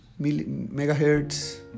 megahertz